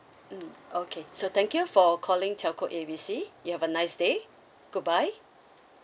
mm okay so thank you for calling telco A B C you have a nice day goodbye